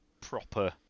proper